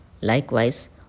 Likewise